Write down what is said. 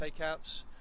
takeouts